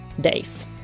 days